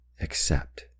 accept